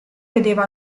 vedeva